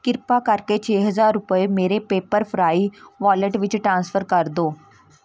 ਕਿਰਪਾ ਕਰਕੇ ਛੇ ਹਜ਼ਾਰ ਰੁਪਏ ਮੇਰੇ ਪੇਪਰਫ੍ਰਾਈ ਵਾਲੇਟ ਵਿੱਚ ਟ੍ਰਾਂਸਫਰ ਕਰ ਦਿਉ